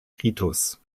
ritus